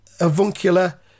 avuncular